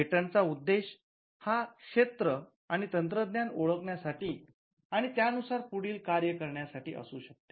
पेटंटचा उद्देश हा क्षेत्र आणि तंत्रज्ञान ओळखण्यासाठी आणि त्या नुसार पुढील कार्य करण्यासाठी असू शकते